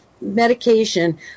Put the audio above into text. medication